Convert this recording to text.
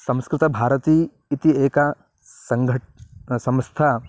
संस्कृतभारती इति एका सङ्घटना संस्था